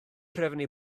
trefnu